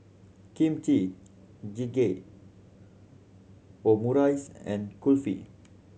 Kimchi Jjigae Omurice and Kulfi